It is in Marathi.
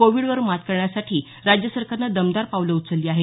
कोविड वर मात करण्यासाठी सरकारनं दमदार पावलं उचलली आहे